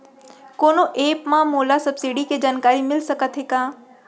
कोनो एप मा मोला सब्सिडी के जानकारी मिलिस सकत हे का?